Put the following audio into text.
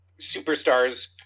superstars